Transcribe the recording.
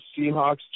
Seahawks